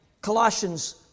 Colossians